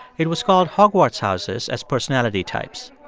it was called hogwarts houses as personality types.